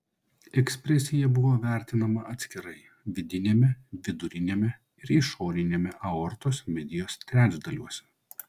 ekspresija buvo vertinama atskirai vidiniame viduriniame ir išoriniame aortos medijos trečdaliuose